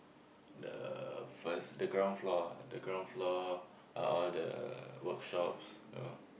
the first the ground floor the ground floor are all the work shops you know